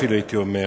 אפילו הייתי אומר,